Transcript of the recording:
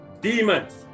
demons